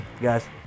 Guys